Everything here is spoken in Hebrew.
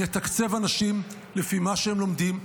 נתקצב אנשים לפי מה שהם לומדים,